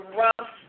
rough